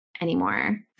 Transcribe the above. anymore